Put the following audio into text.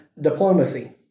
diplomacy